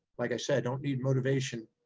like i said, i don't need motivation,